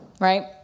right